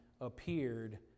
appeared